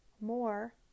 more